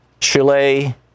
Chile